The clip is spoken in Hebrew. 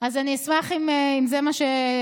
אז אני אשמח אם זה מה שתסכימו.